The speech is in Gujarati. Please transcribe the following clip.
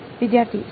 વિદ્યાર્થી સર